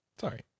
Sorry